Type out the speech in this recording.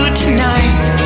tonight